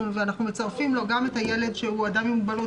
אנחנו מצרפים לו גם ילד, שהוא אדם עם מוגבלות.